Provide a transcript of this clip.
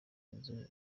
nzu